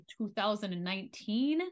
2019